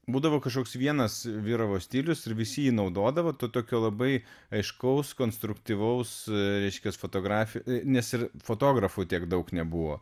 būdavo kažkoks vienas vyravo stilius ir visi jį naudodavo ta tokia labai aiškaus konstruktyvaus reiškias fotografija nes ir fotografų tiek daug nebuvo